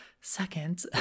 Second